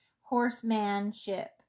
Horsemanship